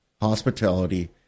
Hospitality